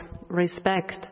respect